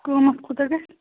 قٍمَت کوٗتاہ گَژھِ